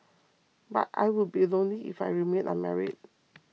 but I would be lonely if I remained unmarried